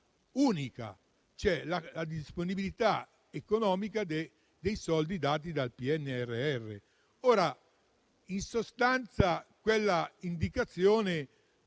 unica, cioè la disponibilità economica dei soldi erogati dal PNRR. In sostanza, quella indicazione